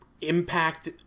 impact